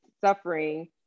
suffering